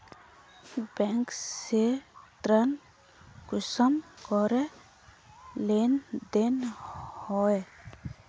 Bank से ऋण कुंसम करे लेन देन होए?